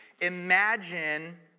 Imagine